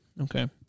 Okay